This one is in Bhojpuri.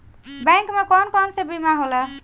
बैंक में कौन कौन से बीमा होला?